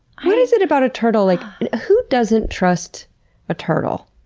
what is it about a turtle, like who doesn't trust a turtle?